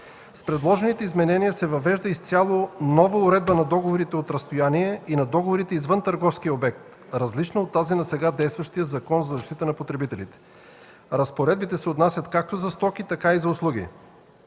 С предложените изменения се въвежда изцяло нова уредба на договорите от разстояние и на договорите извън търговския обект, различна от тази на сега действащия Закон за защита на потребителите. Разпоредбите се отнасят както за стоки, така и за услуги.